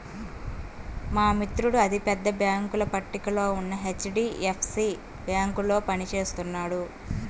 మా మిత్రుడు అతి పెద్ద బ్యేంకుల పట్టికలో ఉన్న హెచ్.డీ.ఎఫ్.సీ బ్యేంకులో పని చేస్తున్నాడు